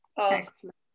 Excellent